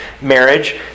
marriage